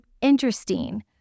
interesting